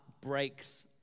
breaks